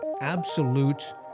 absolute